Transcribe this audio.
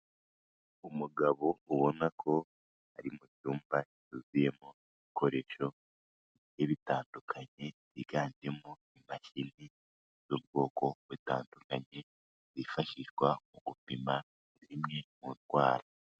Umugabo ubona ko ari mu cyumba cyuzuyemo ibikoresho bitandukanye, higanjemo imashini z'ubwoko butandukanye zifashishwa mu gupima zimwe mu ndwara.